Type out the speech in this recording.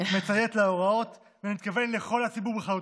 מציית להוראות, ואני מתכוון לכל הציבור בכללותו.